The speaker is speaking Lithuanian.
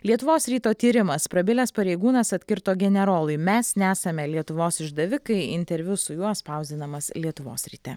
lietuvos ryto tyrimas prabilęs pareigūnas atkirto generolui mes nesame lietuvos išdavikai interviu su juo spausdinamas lietuvos ryte